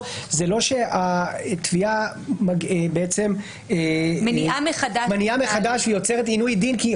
זה לא שהתביעה מניעה מחדש יוצרת עינוי דין כי היא